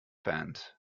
band